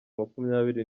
makumyabiri